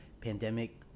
pandemic